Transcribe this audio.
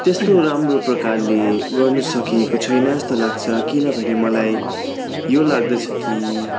त्यस्तो राम्रो प्रकारले गर्नु सकेको छैन जस्तो लाग्छ किनभने मलाई यो लाग्दछ कि